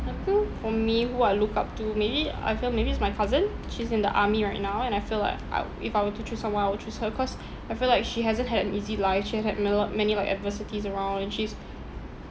I think for me who I look up to maybe I feel maybe is my cousin she's in the army right now and I feel like I if I were to choose someone I would choose her cause I feel like she hasn't had an easy life she had malo many like adversities around and she's